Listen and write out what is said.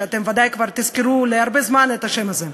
ואתם ודאי כבר תזכרו הרבה זמן את השם הזה,